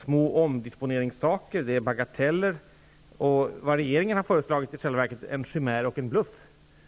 små omdisponeringar, det är bagateller, och vad regeringen har föreslagit är i själva verket en chimär och en bluff.